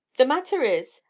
the matter is,